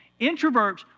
Introverts